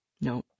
No